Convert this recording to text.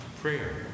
prayer